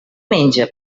menja